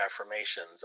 affirmations